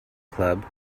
club